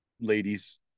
Ladies